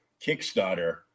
Kickstarter